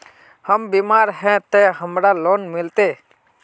हम बीमार है ते हमरा लोन मिलते?